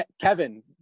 Kevin